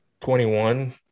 21